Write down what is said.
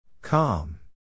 Calm